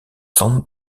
san